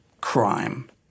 crime